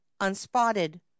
unspotted